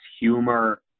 humor